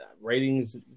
ratings